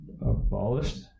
abolished